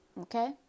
okay